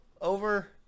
over